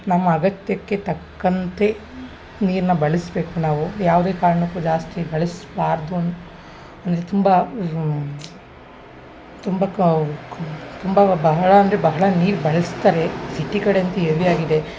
ನಮ್ಮ ಅಗತ್ಯಕ್ಕೆ ತಕ್ಕಂತೆ ನೀರನ್ನ ಬಳಸಬೇಕು ನಾವು ಯಾವುದೇ ಕಾರಣಕ್ಕೂ ಜಾಸ್ತಿ ಬಳಸಬಾರ್ದು ಅಂತ ಅಂದರೆ ತುಂಬ ತುಂಬ ಕಾ ಅವರು ತುಂಬ ಬಹಳ ಅಂದರೆ ಬಹಳ ನೀರು ಬಳಸ್ತಾರೆ ಸಿಟಿ ಕಡೆ ಅಂತೂ ಹೆವಿ ಆಗಿದೆ